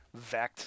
Vect